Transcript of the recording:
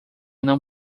não